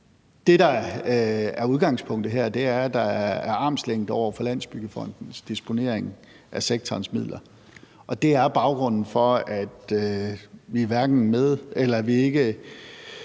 Det, der er udgangspunktet her, er, at der er armslængde over for Landsbyggefondens disponering af sektorens midler, og det er baggrunden for, at vi ikke medregner hverken